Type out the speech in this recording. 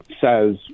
says